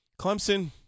Clemson